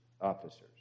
officers